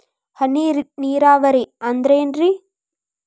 ಹನಿ ನೇರಾವರಿ ಅಂದ್ರೇನ್ರೇ?